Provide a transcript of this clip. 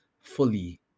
fully